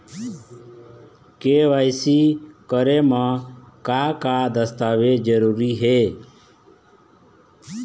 KYC करे म का का दस्तावेज जरूरी हे?